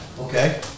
Okay